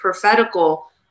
prophetical